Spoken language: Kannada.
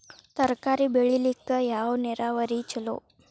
ತರಕಾರಿ ಬೆಳಿಲಿಕ್ಕ ಯಾವ ನೇರಾವರಿ ಛಲೋ?